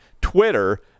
Twitter